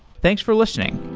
thanks for listening